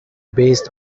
based